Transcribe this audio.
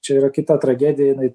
čia yra kita tragedija jinai